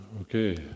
Okay